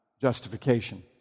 justification